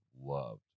loved